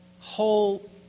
whole